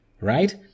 right